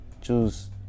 choose